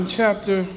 chapter